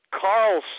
Carl